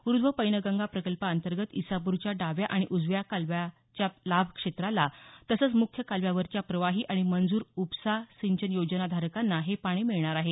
उर्ध्व पैनगंगा प्रकल्पांतर्गत इसापूरच्या डाव्या आणि उजव्या कालव्याच्या लाभ क्षेत्राला तसंच मुख्य कालव्यावरच्या प्रवाही आणि मंजूर उपसा सिंचन योजना धारकांना हे पाणी मिळणार आहे